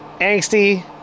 Angsty